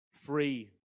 free